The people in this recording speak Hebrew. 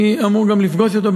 אני אמור גם לפגוש אותו,